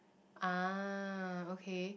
ah okay